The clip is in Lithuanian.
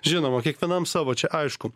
žinoma kiekvienam savo čia aišku